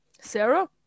Sarah